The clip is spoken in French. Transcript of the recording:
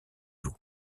vous